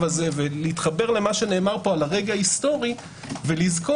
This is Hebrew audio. ולהתחבר למה שנאמר פה על רגע היסטורי ולזכור: